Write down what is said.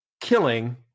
killing